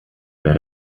mehr